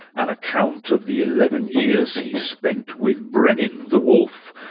an account of the eleven years he spent with brenin, the wolf,